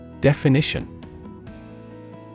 Definition